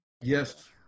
Yes